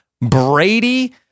Brady